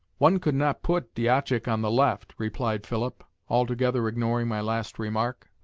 one could not put diashak on the left, replied philip, altogether ignoring my last remark.